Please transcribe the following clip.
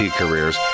careers